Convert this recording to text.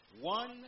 one